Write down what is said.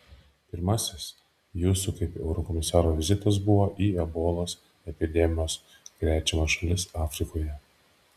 pirmasis jūsų kaip eurokomisaro vizitas buvo į ebolos epidemijos krečiamas šalis afrikoje